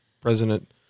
President